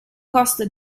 costo